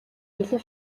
илүү